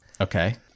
Okay